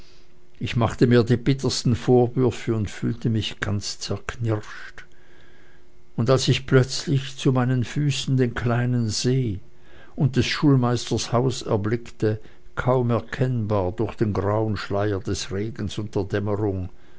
ich machte mir die bittersten vorwürfe und fühlte mich ganz zerknirscht und als ich plötzlich zu meinen füßen den kleinen see und des schulmeisters haus erblickte kaum erkennbar durch den grauen schleier des regens und der